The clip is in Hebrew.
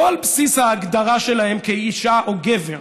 לא על בסיס ההגדרה שלהן כאישה או גבר,